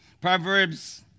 Proverbs